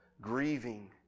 grieving